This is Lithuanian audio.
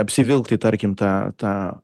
apsivilkti tarkim tą tą